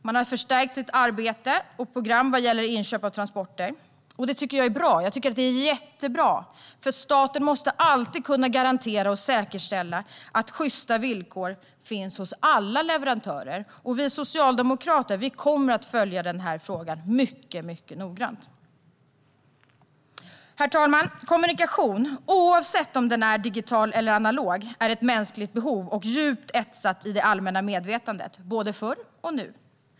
Man har förstärkt sitt arbete och program vad gäller inköp av transporter. Det tycker jag är jättebra, för staten måste alltid kunna garantera och säkerställa sjysta villkor hos alla sina leverantörer. Vi socialdemokrater kommer att följa frågan mycket noggrant. Herr talman! Kommunikation, oavsett om den är digital eller analog, är ett mänskligt behov och djupt etsat i det allmänna medvetandet - både förr och nu.